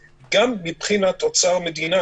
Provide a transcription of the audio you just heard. מבחינת אוצר המדינה,